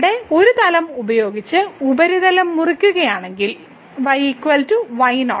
ഇവിടെ ഒരു തലം ഉപയോഗിച്ച് ഉപരിതലം മുറിക്കുകയാണെങ്കിൽ y y0